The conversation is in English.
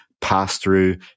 pass-through